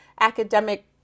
academic